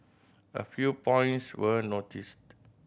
a few points we noticed